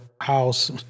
house